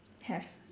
have